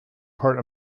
part